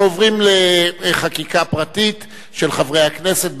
אנחנו עוברים לחקיקה פרטית של חברי הכנסת,